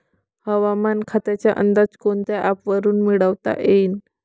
हवामान खात्याचा अंदाज कोनच्या ॲपवरुन मिळवता येईन?